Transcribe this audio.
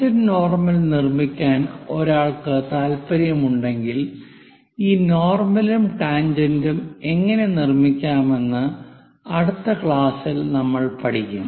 tangent normal നിർമ്മിക്കാൻ ഒരാൾക്ക് താൽപ്പര്യമുണ്ടെങ്കിൽ ഈ നോർമലും ടാൻജെന്റും എങ്ങനെ നിർമ്മിക്കാമെന്ന് അടുത്ത ക്ലാസ്സിൽ നമ്മൾ പഠിക്കും